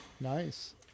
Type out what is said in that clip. Nice